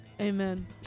amen